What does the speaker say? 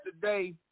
today